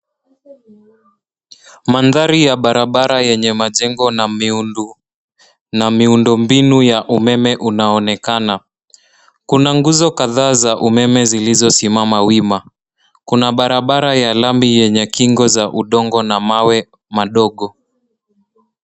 Maandhari ya barabara yenye majengo na miundu, na miundu mbinu ya umeme unaonekana. Kuna nguzo kadhaa za umeme zilizosimama wima. Kuna Barabara ya lami yenye kinga za umeme na mawe madogo.